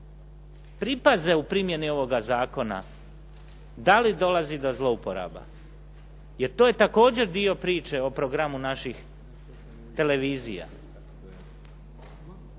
pripaze u primjeni ovog zakona da li dolazi do zlouporaba, jer to je također dio priče o programu naših televizija.